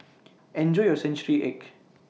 Enjoy your Century Egg